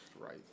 Right